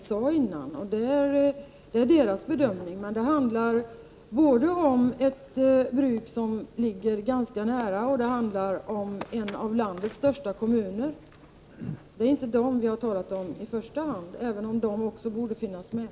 Det är den bedömning som man gör i Göteborgs kommun, men det handlar både om ett bruk som ligger ganska nära, och det handlar om en av landets största Prot. 1988/89:25 kommuner. Det är inte om dem som vi i första hand har talat, även om också 16 november 1988 de borde finnas med.